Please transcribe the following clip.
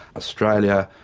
australia,